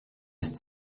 ist